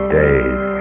days